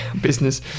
business